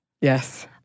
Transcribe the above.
Yes